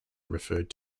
referred